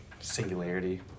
Singularity